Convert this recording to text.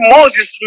Moses